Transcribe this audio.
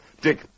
Dick